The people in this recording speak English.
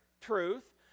truth